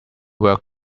work